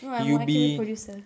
no I'm a I can be producer